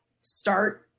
start